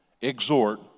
exhort